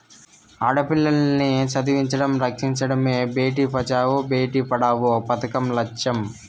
ఆడపిల్లల్ని చదివించడం, రక్షించడమే భేటీ బచావో బేటీ పడావో పదకం లచ్చెం